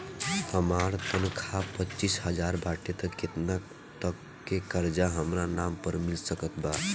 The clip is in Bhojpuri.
हमार तनख़ाह पच्चिस हज़ार बाटे त केतना तक के कर्जा हमरा नाम पर मिल सकत बा?